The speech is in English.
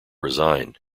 resign